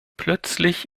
plötzlich